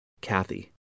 Kathy